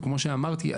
כמו שאמרתי,